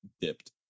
dipped